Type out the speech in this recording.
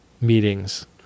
meetings